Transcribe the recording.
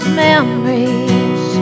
memories